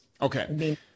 Okay